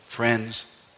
Friends